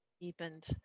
deepened